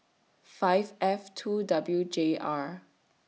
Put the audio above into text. five F two W J R